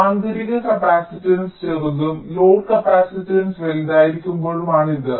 ആന്തരിക കപ്പാസിറ്റൻസ് ചെറുതും load capacitance വലുതായിരിക്കുമ്പോഴാണ് ഇത്